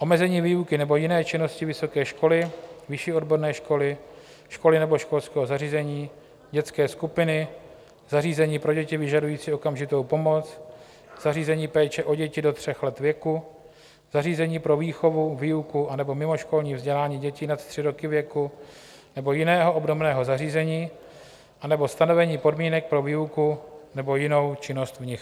Omezení výuky nebo jiné činnosti vysoké školy, vyšší odborné školy, školy nebo školského zařízení, dětské skupiny, zařízení pro děti vyžadující okamžitou pomoc, zařízení péče o děti do tří let věku, zařízení pro výchovu, výuku anebo mimoškolní vzdělávání dětí nad 3 roky věku nebo jiného obdobného zařízení anebo stanovení podmínek pro výuku nebo jinou činnost v nich.